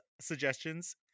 suggestions